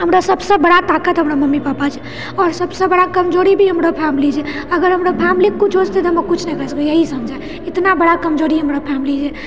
हमरो सबसे बड़ा ताकत हमर मम्मी पापा छै आओर सबसे बड़ा कमजोरी भी हमरो फैमिली छे अगर हमरो फेमिलीके किछु हो जेते तऽ हम किछु नहि कए सकैए इएह समझै इतना बड़ा कमजोरी हमर फैमिली एहि